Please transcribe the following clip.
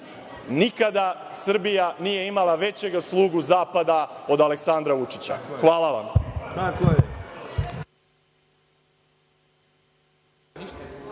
nikada Srbija nije imala većeg slugu zapada od Aleksandra Vučića. Hvala vam.